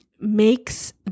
makes